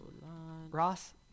Ross